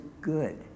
good